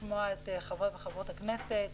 לשמוע את חברי וחברות הכנסת,